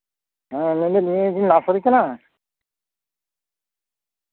ᱦᱮᱸ ᱢᱚᱱᱫᱟᱹᱧ ᱱᱤᱭᱟᱹ ᱠᱤ ᱱᱟᱨᱥᱟᱨᱤ ᱠᱟᱱᱟ